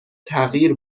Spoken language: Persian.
تغییر